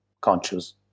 conscious